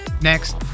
Next